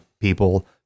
people